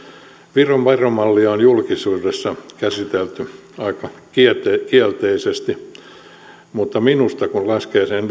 viron veromallia on julkisuudessa käsitelty aika kielteisesti mutta minusta kun laskee sen